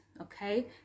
okay